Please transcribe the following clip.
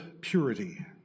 purity